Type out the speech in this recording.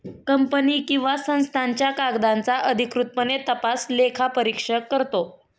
company किंवा संस्थांच्या कागदांचा अधिकृतपणे तपास लेखापरीक्षक करतो